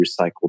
recycled